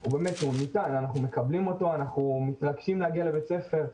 אנחנו מקבלים אותו אנחנו מתרגשים להגיע לבית הספר,